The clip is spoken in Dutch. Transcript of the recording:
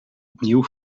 opnieuw